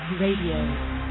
Radio